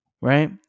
right